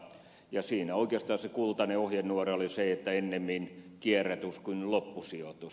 ja siinä oikeastaan se kultainen ohjenuora oli se että ennemmin kierrätys kuin loppusijoitus